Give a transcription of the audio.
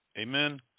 Amen